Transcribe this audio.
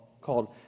called